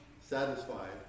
satisfied